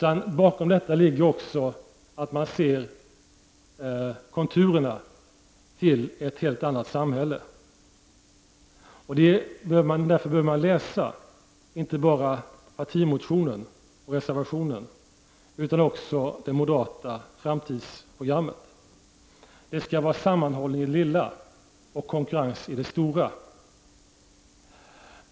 Bakom detta ligger också att man ser konturerna till ett helt annat samhälle. Därför bör man läsa inte bara partimotionen och reservationen utan också moderaternas framtidsprogram. Det skall vara sammanhållning i det lilla och konkurrens i det stora.